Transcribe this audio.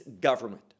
government